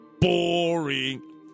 Boring